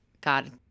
God